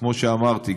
כפי שאמרתי,